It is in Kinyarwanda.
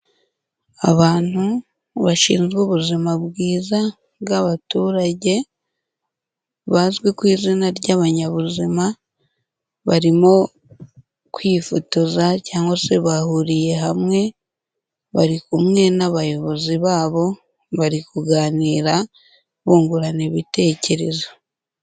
Abantu bashinzwe ubuzima bwiza bw'abaturage bazwi ku izina ry'abanyabuzima, barimo kwifotoza cyangwa se bahuriye hamwe bari kumwe n'abayobozi babo bari kuganira bungurana ibitekerezo.